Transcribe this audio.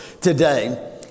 today